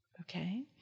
okay